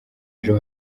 ejo